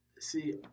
See